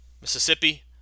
Mississippi